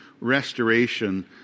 restoration